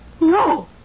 No